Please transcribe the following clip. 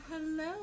hello